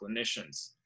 clinicians